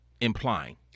implying